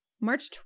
March